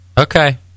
okay